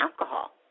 alcohol